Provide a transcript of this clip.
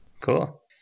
Cool